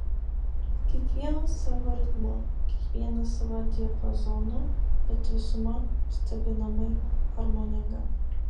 kiekvienas savu ritmu kiekvienas savo diapazonu bet visuma stebinamai harmoninga